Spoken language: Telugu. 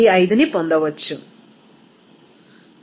495ని పొందవచ్చు